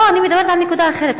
לא, אני מדברת על נקודה אחרת עכשיו.